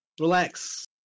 Relax